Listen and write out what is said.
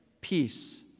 Peace